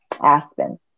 Aspen